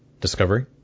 Discovery